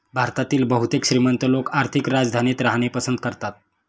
भारतातील बहुतेक श्रीमंत लोक आर्थिक राजधानीत राहणे पसंत करतात